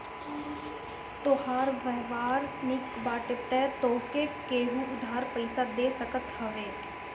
तोहार व्यवहार निक बाटे तअ तोहके केहु उधार पईसा दे सकत हवे